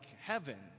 heaven